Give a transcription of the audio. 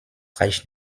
reicht